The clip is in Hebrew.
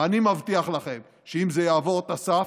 ואני מבטיח לכם שאם זה יעבור את הסף,